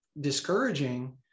discouraging